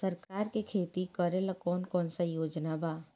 सरकार के खेती करेला कौन कौनसा योजना बा?